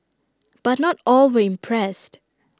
but not all were impressed